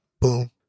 boom